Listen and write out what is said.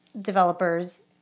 developers